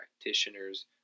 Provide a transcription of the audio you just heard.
practitioners